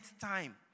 time